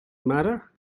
matter